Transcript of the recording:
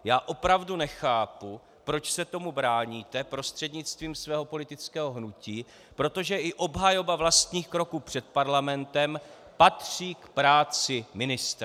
Já opravdu nechápu, proč se tomu bráníte prostřednictvím svého politického hnutí, protože i obhajoba vlastních kroků před Parlamentem patří k práci ministra.